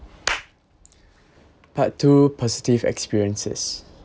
part two positive experiences